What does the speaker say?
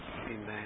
Amen